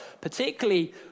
particularly